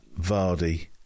Vardy